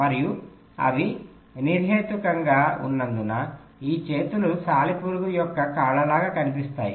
మరియు అవి నిర్హేతుకంగా ఉన్నందున ఈ చేతులు సాలెపురుగు యొక్క కాళ్ళలాగా కనిపిస్తాయి